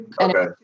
Okay